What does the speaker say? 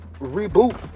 reboot